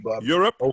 Europe